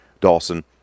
Dawson